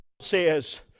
says